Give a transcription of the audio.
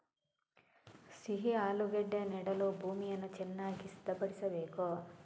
ಸಿಹಿ ಆಲೂಗೆಡ್ಡೆ ನೆಡಲು ಭೂಮಿಯನ್ನು ಚೆನ್ನಾಗಿ ಸಿದ್ಧಪಡಿಸಬೇಕು